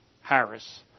Harris